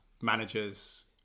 managers